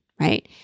right